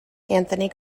anthony